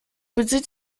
bezieht